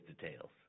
details